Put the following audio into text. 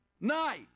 night